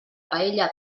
paella